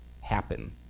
happen